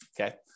okay